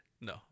No